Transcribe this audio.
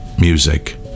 music